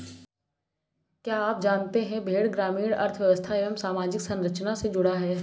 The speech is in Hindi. क्या आप जानते है भेड़ ग्रामीण अर्थव्यस्था एवं सामाजिक संरचना से जुड़ा है?